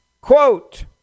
quote